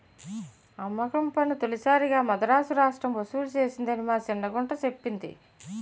అమ్మకం పన్ను తొలిసారిగా మదరాసు రాష్ట్రం ఒసూలు సేసిందని మా సిన్న గుంట సెప్పింది